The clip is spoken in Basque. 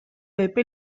epe